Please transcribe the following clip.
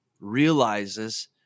realizes